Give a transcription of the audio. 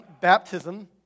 baptism